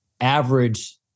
average